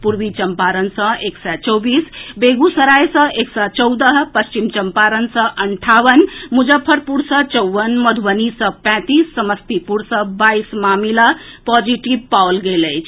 पूर्वी चम्पारण सँ एक सय चौबीस बेगूसराय सँ एक सय चौदह पश्चिम चम्पारण सँ अंठावन मुजफ्फरपुर सँ चौवन मधुबनी सँ पैंतीस आ समस्तीपुर सँ बाईस मामिलाक पॉजिटिव पाओल गेल अछि